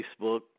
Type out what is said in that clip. Facebook